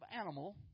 animal